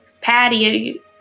Patty